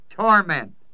Torment